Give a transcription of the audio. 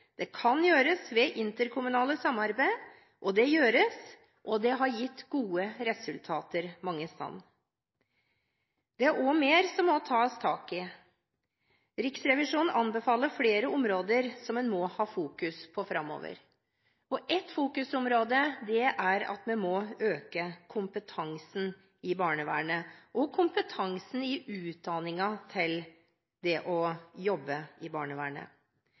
Det kan gjøres ved interkommunalt samarbeid. Det gjøres, og det har gitt gode resultater mange steder. Det er også mer som det må tas tak i. Riksrevisjonen anbefaler flere områder en må ha fokus på framover. Ett av disse områdene er å øke kompetansen i barnevernet – også kompetansen i utdanningen for å jobbe i barnevernet.